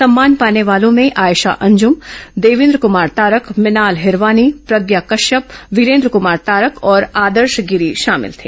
सम्मान पाने वालों में आयशा अंजुम देवेन्द्र कुमार तारक भिनाल हिरवानी प्रज्ञा कश्यप विरेन्द्र कुमार तारक और आदर्श गिरि शामिल थे